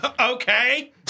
Okay